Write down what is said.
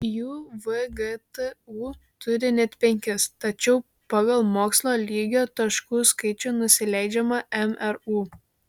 jų vgtu turi net penkis tačiau pagal mokslo lygio taškų skaičių nusileidžia mru